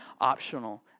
optional